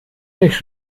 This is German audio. nicht